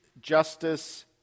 justice